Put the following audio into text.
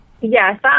Yes